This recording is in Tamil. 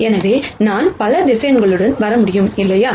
எனவே நான் பல வெக்டர்ஸ் வர முடியும் இல்லையா